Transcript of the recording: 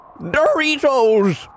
Doritos